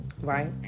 right